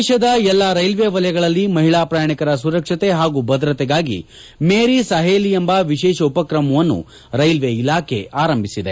ದೇಶದ ಎಲ್ಲಾ ರೈಲ್ವೆ ವಲಯಗಳಲ್ಲಿ ಮಹಿಳಾ ಪ್ರಯಾಣಿಕರ ಸುರಕ್ಷತೆ ಹಾಗೂ ಭದ್ರತೆಗಾಗಿ ಮೇರೀ ಸಹೇಲಿ ಎಂಬ ವಿಶೇಷ ಉಪಕ್ರಮವನ್ನು ರೈಲ್ವೆ ಇಲಾಖೆ ಆರಂಭಿಸಿದೆ